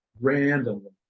Randomly